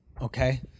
Okay